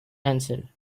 answered